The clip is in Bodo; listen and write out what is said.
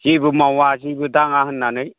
जेबो मावा जेबो दङा होननानै